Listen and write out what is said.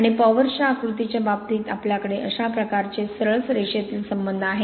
आणि पॉवर्सच्या आकृतीच्या बाबतीत आपल्याकडे अशा प्रकारचे सरळ रेषेतील संबंध आहेत